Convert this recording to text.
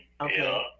Okay